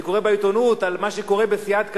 אני קורא בעיתונות על מה שקורה בסיעת קדימה,